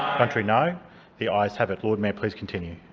contrary, no the ayes have it. lord mayor, please continue.